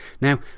Now